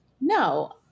No